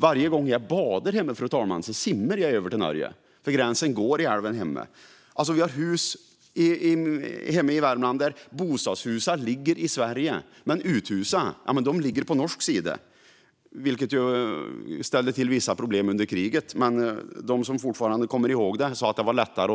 Varje gång jag badar där hemma simmar jag över till Norge, för gränsen går i älven. I Värmland kan bostadshuset ligga i Sverige men uthuset i Norge. Det ställde till det lite under kriget, men de som minns säger att det var lättare